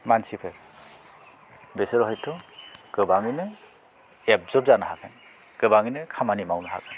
मानसिफोर बिसोरो हयथ' गोबाङैनो एकजट जानो हागोन गोबाङैनो खामानि मावनो हागोन